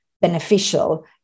beneficial